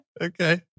Okay